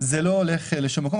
זה לא הולך לשום מקום.